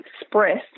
express